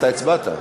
אתה הצבעת.